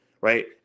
Right